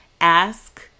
ask